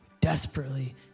Desperately